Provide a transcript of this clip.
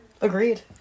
Agreed